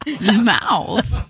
Mouth